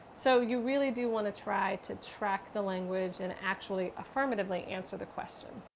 so, you really do want to try to track the language and actually affirmatively answer the question.